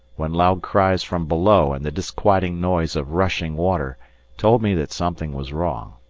when loud cries from below and the disquieting noise of rushing water told me that something was wrong.